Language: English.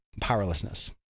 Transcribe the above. powerlessness